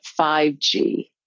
5G